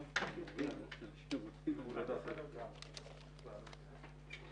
נקרא אגף השיקום ולא אגף התגמולים ובצדק.